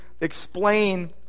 explain